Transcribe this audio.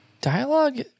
Dialogue